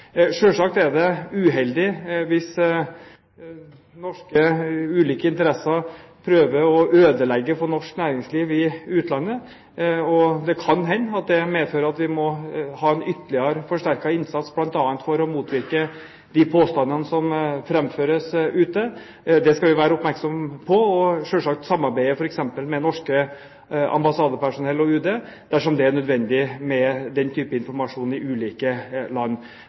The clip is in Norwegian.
er det uheldig hvis ulike norske interesser prøver å ødelegge for norsk næringsliv i utlandet. Det kan hende at det medfører at vi må ha en ytterligere forsterket innsats, bl.a. for å motvirke de påstandene som framføres ute. Det skal vi være oppmerksom på og selvsagt samarbeide med f.eks. norsk ambassadepersonell og UD dersom det er nødvendig med den type informasjon i ulike land.